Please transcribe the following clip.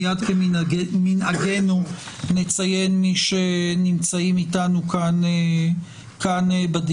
מיד כמנהגנו, נציין מי נמצאים איתנו כאן בדיון.